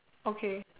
okay